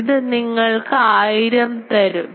ഇത്നിങ്ങൾക്ക് 1000 തരും